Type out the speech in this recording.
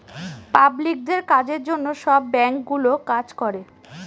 পাবলিকদের কাজের জন্য সব ব্যাঙ্কগুলো কাজ করে